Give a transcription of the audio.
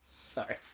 sorry